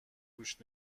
گوش